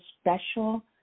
special